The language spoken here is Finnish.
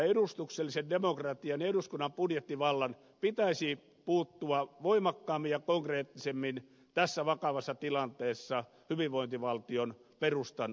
edustuksellisen demokratian ja eduskunnan budjettivallan pitäisi puuttua voimakkaammin ja konkreettisemmin tässä vakavassa tilanteessa hyvinvointivaltion perustan täsmärappaukseen